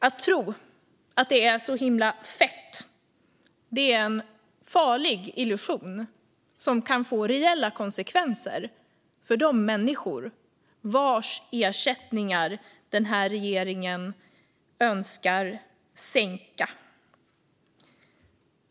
Att tro att det är så himla "fett" är en farlig illusion som kan få reella konsekvenser för de människor vilkas ersättningar regeringen önskar sänka.